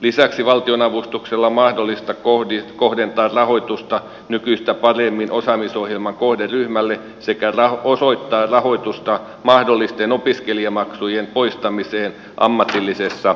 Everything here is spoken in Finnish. lisäksi valtion avustuksella on mahdollista kohdentaa rahoitusta nykyistä paremmin osaamisohjelman kohderyhmälle sekä osoittaa rahoitusta mahdollisten opiskelijamaksujen poistamiseen ammatillisessa lisäkoulutuksessa